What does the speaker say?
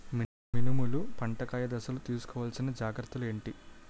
మినుములు పంట కాయ దశలో తిస్కోవాలసిన జాగ్రత్తలు ఏంటి?